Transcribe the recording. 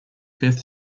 fifth